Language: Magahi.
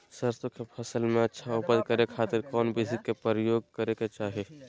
सरसों के फसल में अच्छा उपज करे खातिर कौन विधि के प्रयोग करे के चाही?